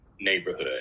neighborhood